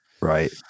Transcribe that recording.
right